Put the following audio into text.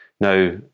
now